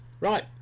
Right